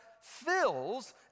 fills